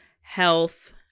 health